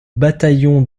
bataillon